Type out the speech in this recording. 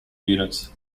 units